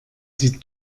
sie